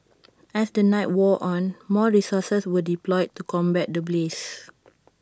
as the night wore on more resources were deployed to combat the blaze